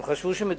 הם חשבו שמדובר